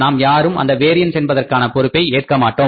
நாம் யாரும் அந்த வேரியன்ஸ் என்பதற்கான பொறுப்பை ஏற்கமாட்டோம்